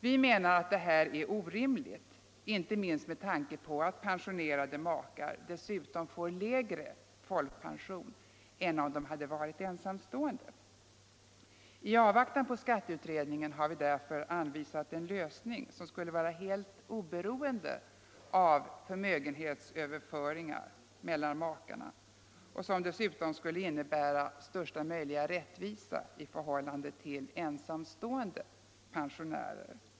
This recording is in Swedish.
Vi menar att detta är orimligt, inte minst med tanke på att pensionerade makar dessutom får lägre folkpension än om de varit ensamstående. I avvaktan på skatteutredningens förslag har vi därför anvisat en lösning som skulle vara helt oberoende av förmögenhetsöverföringar mellan makarna och som dessutom skulle innebära största möjliga rättvisa i förhållande till ensamstående pensionärer.